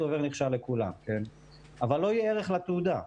עובר-נכשל לכולם אבל לא יהיה ערך לתעודה.